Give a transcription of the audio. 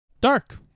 Dark